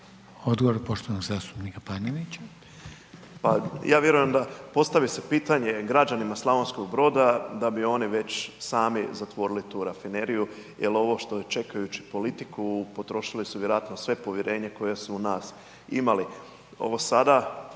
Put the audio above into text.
Tomislav (MOST)** Pa, ja vjerujem da, postavi se pitanje građanima Slavonskog Broda, da bi oni već sami zatvorili tu rafineriju jer ovo što čekajući politiku, potrošili su vjerojatno sve povjerenje koje su u nas imali. Ovo sada